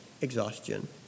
exhaustion